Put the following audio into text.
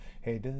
Hey